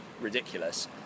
ridiculous